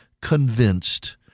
convinced